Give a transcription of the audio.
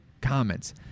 comments